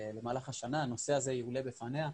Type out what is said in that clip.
למהלך השנה הנושא הזה יועלה בפניה.